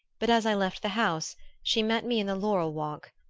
but as i left the house she met me in the laurel-walk.